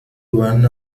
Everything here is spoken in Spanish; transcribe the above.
van